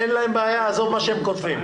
אין להם בעיה, עזוב מה שהם כותבים.